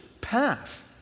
path